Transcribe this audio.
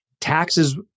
taxes